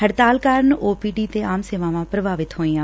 ਹੜਤਾਲ ਕਾਰਨ O P D ਤੇ ਆਮ ਸੇਵਾਵਾਂ ਪ੍ਰਭਾਵਿਤ ਹੋਈਆਂ